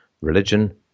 religion